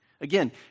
Again